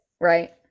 Right